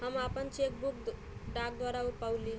हम आपन cheque book डाक द्वारा पउली है